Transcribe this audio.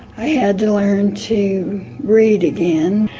i had to learn to read again.